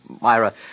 Myra